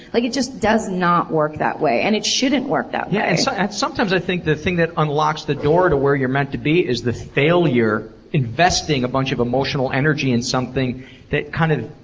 like it just does not work that way. and it shouldn't work that way. yeah, and so sometimes i think the thing that unlocks the door to where you're meant to be is the failure investing a bunch of emotional energy in something that kind of,